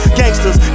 gangsters